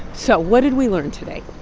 so what did we learn today?